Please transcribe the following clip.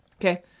Okay